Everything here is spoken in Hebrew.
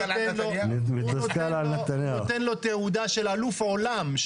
והוא נותן לו תעודה של אלוף עולם,